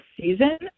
season